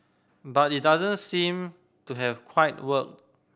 but it doesn't seem to have quite worked